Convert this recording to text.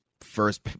first